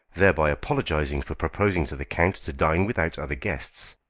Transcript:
thereby apologizing for proposing to the count to dine without other guests.